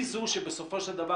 היא זו שבסופו של דבר,